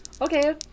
okay